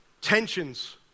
tensions